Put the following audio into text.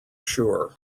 sure